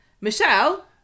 Michelle